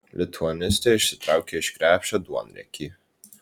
lituanistė išsitraukė iš krepšio duonriekį